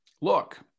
look